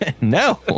No